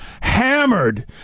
hammered